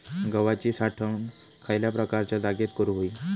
गव्हाची साठवण खयल्या प्रकारच्या जागेत करू होई?